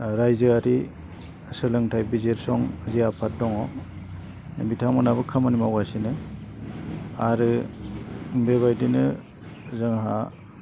रायजोआरि सोलोंथाइ बिजिरसं जि आफाद दङ बिथांमोनहाबो खामानि मावगासिनो आरो बेबायदिनो जोंहा